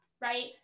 right